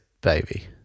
baby